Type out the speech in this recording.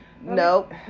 nope